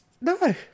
no